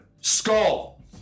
skull